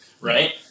right